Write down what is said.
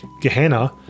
Gehenna